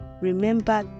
remember